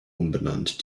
umbenannt